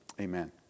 Amen